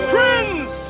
Friends